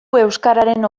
euskararen